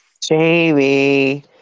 Jamie